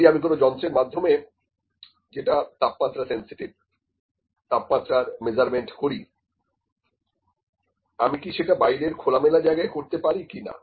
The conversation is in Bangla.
যদি আমি কোন যন্ত্রের মাধ্যমে যেটা তাপমাত্রা সেনসিটিভ তাপমাত্রা মেজারমেন্ট করি আমি কি সেটা বাইরের খোলামেলা জায়গায় করতে পারি কিনা